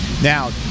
Now